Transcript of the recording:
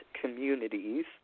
communities